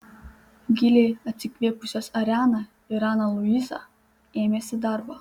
giliai atsikvėpusios ariana ir ana luiza ėmėsi darbo